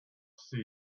see